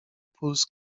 puls